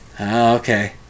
Okay